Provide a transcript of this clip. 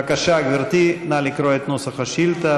בבקשה, גברתי, נא לקרוא את נוסח השאילתה.